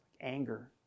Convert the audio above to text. anger